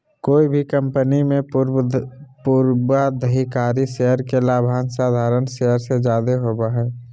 कोय भी कंपनी मे पूर्वाधिकारी शेयर के लाभांश साधारण शेयर से जादे होवो हय